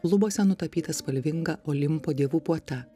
lubose nutapyta spalvinga olimpo dievų puota